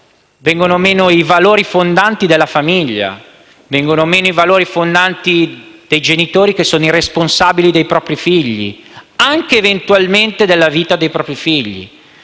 vengono meno i valori fondanti della famiglia, dei genitori che sono responsabili dei propri figli, anche, eventualmente, della vita dei propri figli.